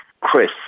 Chris